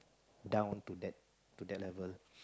down to that to that level